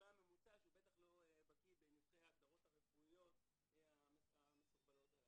הממוצע שהוא בטח לא בקי בנבכי ההגדרות הרפואיות המסורבלות הללו.